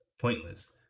pointless